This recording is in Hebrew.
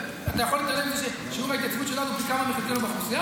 אתה יכול להתעלם מזה ששיעור ההתייצבות שלנו פי כמה מחלקנו באוכלוסייה?